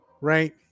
Right